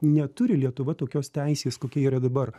neturi lietuva tokios teisės kokia yra dabar